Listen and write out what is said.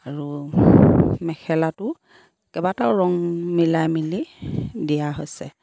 আৰু মেখেলাটো কেইবাটাও ৰং মিলাই মেলি দিয়া হৈছে